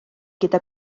gyda